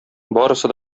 барысы